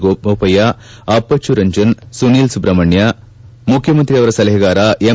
ಬೋಪಯ್ಯ ಅಪ್ಪಚ್ಚು ರಂಜನ್ ಸುನಿಲ್ ಸುಬ್ರಹ್ಮಣ್ಯ ಮುಖ್ಯಮಂತ್ರಿಯವರ ಸಲಹೆಗಾರ ಎಂ